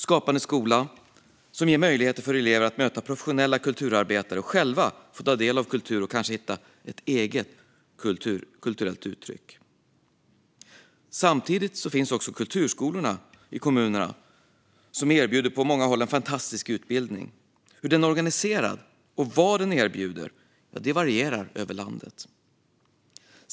Skapande skola ger möjligheter för elever att möta professionella kulturarbetare och att själva ta del av kultur och kanske hitta ett eget kulturellt uttryck. Samtidigt finns kulturskolorna i kommunerna, som på många håll erbjuder en fantastisk utbildning. Hur de är organiserade och vad de erbjuder varierar över landet.